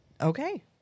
Okay